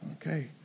Okay